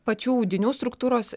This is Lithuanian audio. pačių audinių struktūros